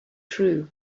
true